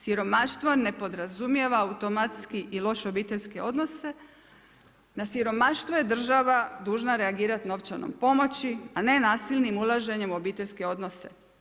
Siromaštvo ne podrazumijeva automatski i loše obiteljske odnose, na siromaštvo je država dužna reagirati novčanom pomoći, a ne nasilnim ulaženjem u obiteljske odnose.